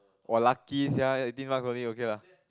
[wah] lucky sia eighteen month for me okay lah